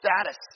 status